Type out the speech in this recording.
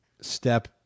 step